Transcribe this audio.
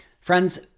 Friends